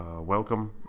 welcome